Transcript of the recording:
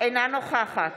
אינה נוכחת